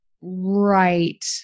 right